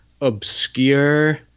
obscure